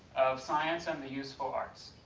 of science and the useful arts.